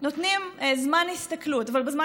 אתה יודע,